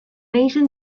asian